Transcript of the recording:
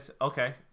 okay